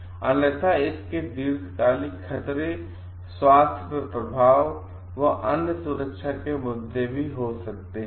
अन्यथा इसके दीर्घकालिक खतरे स्वास्थ्य पर प्रभाव और अन्य सुरक्षा मुद्दे भी हो सकते हैं